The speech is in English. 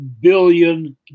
billion